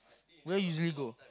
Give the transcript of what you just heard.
where usually go